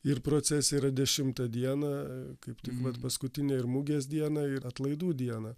ir procesija yra dešimtą dieną kaip tik vat paskutinę ir mugės dieną ir atlaidų dieną